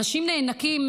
אנשים נאנקים,